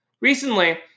Recently